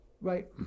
right